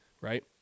right